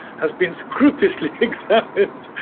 has been scrupulously accepted